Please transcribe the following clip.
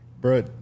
Bro